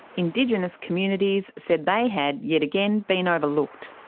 indigenous communities said they had yet again been overlooked.